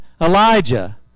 elijah